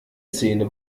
zähne